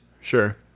Sure